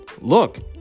look